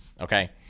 okay